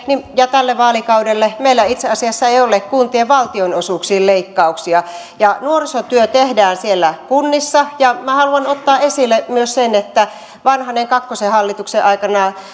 ja tälle vaalikaudelle meillä itse asiassa ei ole kuntien valtionosuuksien leikkauksia nuorisotyö tehdään siellä kunnissa ja minä haluan ottaa esille myös sen että vanhasen kakkoshallituksen aikana